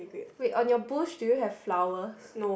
wait on your bush do you have flowers